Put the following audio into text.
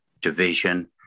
division